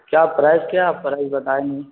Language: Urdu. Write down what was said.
کیا پرائز کیا آپ پرائز بتائے نہیں